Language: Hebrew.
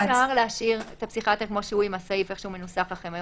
לוועדה של הכנסת סמוך ככל האפשר לאחר ששר הביטחון החליט